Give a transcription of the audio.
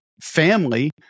family